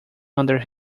under